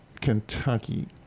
Kentucky